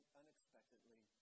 unexpectedly